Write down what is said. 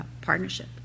Partnership